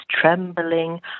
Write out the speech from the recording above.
trembling